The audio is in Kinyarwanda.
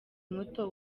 muto